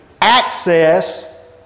access